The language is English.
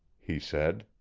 he said.